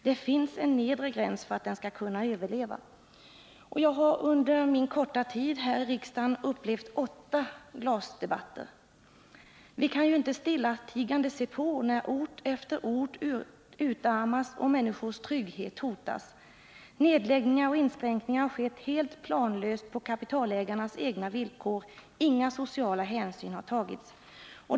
Det finns en nedre gräns för att den skall kunna överleva. Jag har under min korta tid här i riksdagen upplevt flera glasdebatter. å Vi kan ju inte stillatigande se på när ort efter ort utarmas och människors trygghet hotas. Nedläggningar och inskränkningar har skett helt planlöst på kapitalägarnas egna villkor. Inga sociala hänsyn har tagits.